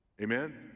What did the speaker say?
Amen